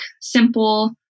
simple